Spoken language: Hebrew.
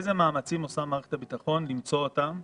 אני רוצה לדעת איזה מאמצים עושה מערכת הביטחון למצוא אותם.